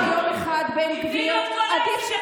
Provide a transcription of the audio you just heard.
חבר הכנסת בן גביר, די, נו.